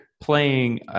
playing –